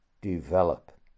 develop